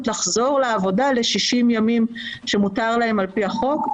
לחזור לעבודה ל-60 ימים שמותר להן על פי החוק.